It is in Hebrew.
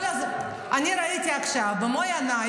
אני ראיתי עכשיו במו עיניי,